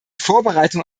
vorbereitung